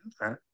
Okay